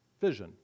vision